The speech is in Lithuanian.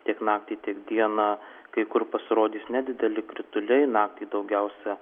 tiek naktį tiek dieną kai kur pasirodys nedideli krituliai naktį daugiausia